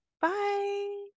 Bye